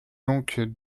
donc